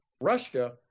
Russia